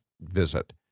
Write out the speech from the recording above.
visit